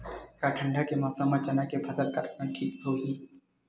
का ठंडा के मौसम म चना के फसल करना ठीक होही?